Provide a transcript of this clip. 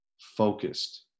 focused